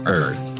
Earth